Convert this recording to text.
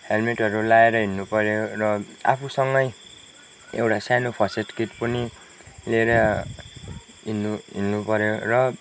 हेल्मेटहरू लाएर हिँड्नुपऱ्यो र आफूसँगै एउटा सानो फर्स्टएड किट पनि लिएर हिँड्नु हिँह्नुपऱ्यो र